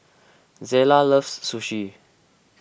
Zela loves Sushi